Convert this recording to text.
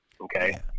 Okay